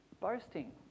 boasting